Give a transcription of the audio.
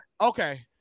Okay